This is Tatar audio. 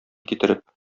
китереп